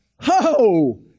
Ho